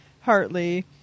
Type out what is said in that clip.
Hartley